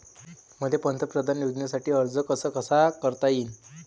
मले पंतप्रधान योजनेसाठी अर्ज कसा कसा करता येईन?